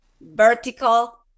vertical